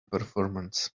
performance